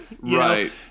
right